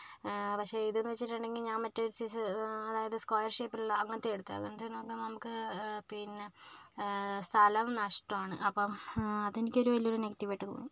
പക്ഷെ ഇത് എന്ന് വെച്ചിട്ടുണ്ടെങ്കിൽ ഞാൻ മറ്റേ ഒരു സൈസ് അതായത് സ്ക്വയർ ഷേപ്പിലുള്ള അങ്ങനത്തെ എടുത്തത് അങ്ങനത്തെ എന്ന് പറഞ്ഞാൽ നമുക്ക് പിന്നെ സ്ഥലം നഷ്ടമാണ് അപ്പം അത് എനിക്കൊരു വലിയ നെഗറ്റീവ് ആയിട്ട് തോന്നി